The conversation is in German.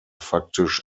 faktisch